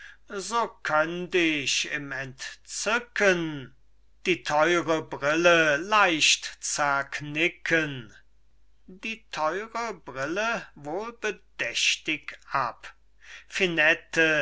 so könnt ich im entzücken die teure brille leicht zerknicken die teure brille wohlbedächtig ab